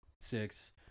six